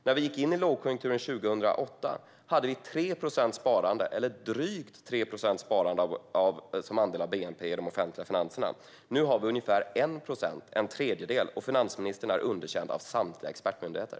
När vi gick in i lågkonjunkturen 2008 hade vi drygt 3 procents sparande som andel av bnp i de offentliga finanserna. Nu har vi ungefär 1 procent, det vill säga en tredjedel, och finansministern är underkänd av samtliga expertmyndigheter.